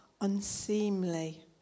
unseemly